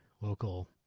local